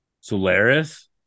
Solaris